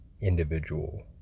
individual